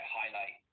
highlight